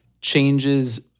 changes